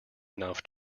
enough